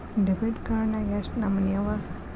Debit card ನ್ಯಾಗ್ ಯೆಷ್ಟ್ ನಮನಿ ಅವ?